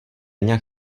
nějak